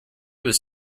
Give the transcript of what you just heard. was